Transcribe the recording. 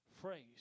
phrase